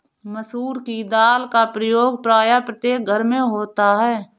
मसूर की दाल का प्रयोग प्रायः प्रत्येक घर में होता है